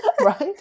Right